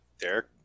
Derek